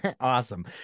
awesome